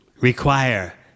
require